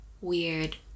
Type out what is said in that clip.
weird